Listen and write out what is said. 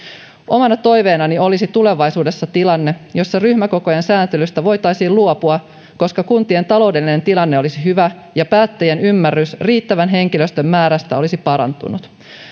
omana toiveenani olisi tulevaisuudessa tilanne jossa ryhmäkokojen sääntelystä voitaisiin luopua koska kuntien taloudellinen tilanne olisi hyvä ja päättäjien ymmärrys riittävän henkilöstön määrästä olisi parantunut